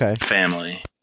family